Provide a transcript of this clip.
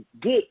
good